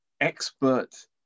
expert